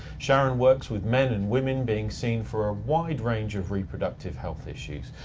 sharon works with men and women being seen for a wide range of reproductive health issues.